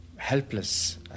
helpless